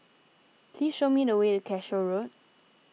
please show me the way Cashew Road